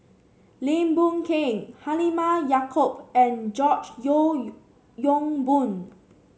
Lim Boon Keng Halimah Yacob and George Yeo Yong Boon